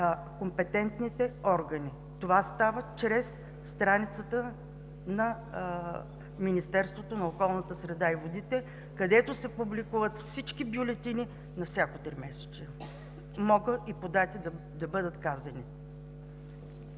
компетентните органи. Това става чрез страницата на Министерството на околната среда и водите, където се публикуват всички бюлетини на всяко тримесечие. Могат да бъдат казани